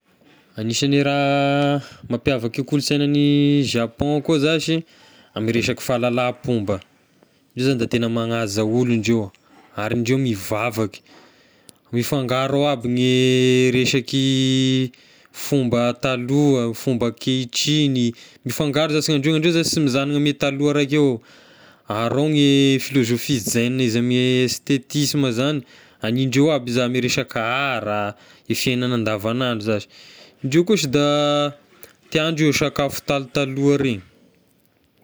Anisany raha mampiavaky e kolonsaina any Japon koa zashy ame resaky fahalalam-pomba, io zany da tegna manaja olo indreo, ary indreo mivavaky, mifangaro ao aby gne resaky fomba taloha, fomba ankehitriny, mifangaro zashy ny indreo, reo zashy sy mizanona ame taloha raika eo, ary ao ny filôsofia Zen izy ame sthetisme zagny, hanindreo aby iza ame resaka art, e fiaignana andavan'andro zashy, ndreo koa ohatry da tiandreo sakafo talotaloha regny.